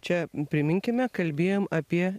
čia priminkime kalbėjom apie